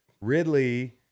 Ridley